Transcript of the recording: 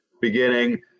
beginning –